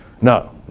No